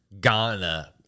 ghana